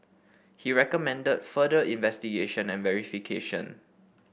he recommended further investigation and verification